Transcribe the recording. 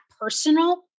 personal